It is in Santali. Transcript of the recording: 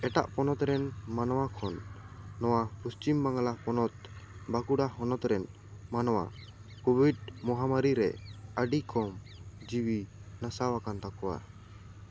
ᱮᱴᱟᱜ ᱯᱚᱱᱚᱛ ᱨᱮᱱ ᱢᱟᱱᱣᱟ ᱠᱷᱚᱱ ᱱᱚᱣᱟ ᱯᱚᱥᱪᱷᱤᱢ ᱵᱟᱝᱞᱟ ᱯᱚᱱᱚᱛ ᱵᱟᱸᱠᱩᱲᱟ ᱦᱚᱱᱚᱛ ᱨᱮᱱ ᱢᱟᱱᱣᱟ ᱠᱳᱵᱷᱤᱰ ᱢᱟᱦᱟᱢᱟᱨᱤ ᱨᱮ ᱟᱹᱰᱤ ᱠᱚᱢ ᱡᱤᱣᱤ ᱱᱟᱥᱟᱣ ᱟᱠᱟᱱ ᱛᱟᱠᱟᱣᱟ